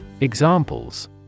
Examples